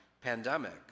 pandemic